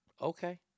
Okay